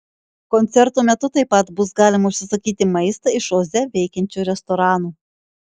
koncertų metu taip pat bus galima užsisakyti maistą iš oze veikiančių restoranų